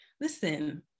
Listen